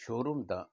showroom तां